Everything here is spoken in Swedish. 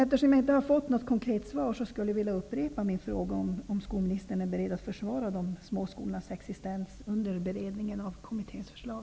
Eftersom jag inte har fått något konkret svar vill jag upprepa min fråga. Är skolministern beredd att försvara de små skolornas existens under beredningen av kommitténs förslag?